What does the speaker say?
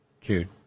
Jude